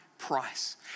price